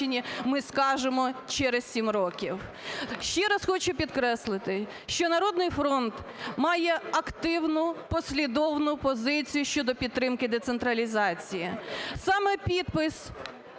ми скажемо через 7 років. Ще раз хочу підкреслити, що "Народний фронт" має активну, послідовну позицію щодо підтримки децентралізації. Саме підпис